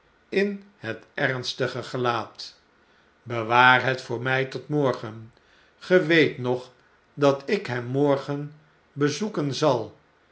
in het ernstige gelaat be waar het voor my tot morgen ge weet nog dat ik hem morgen bezoeken zal